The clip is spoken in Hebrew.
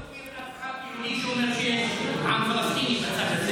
אני יכול להגיד לך שיש ח"כ יהודי שאומר שיש עם פלסטיני בצד הזה.